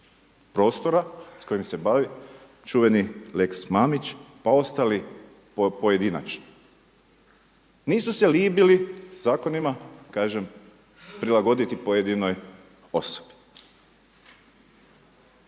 prostora s kojim se bavi, čuveni lex Mamić pa ostali pojedinačno. Nisu se libili zakonima kažem prilagoditi pojedinoj osobi.